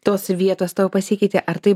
tos vietos tau pasikeitė ar tai